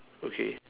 okay